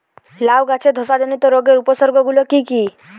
লাউ গাছের ধসা জনিত রোগের উপসর্গ গুলো কি কি?